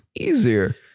easier